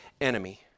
enemy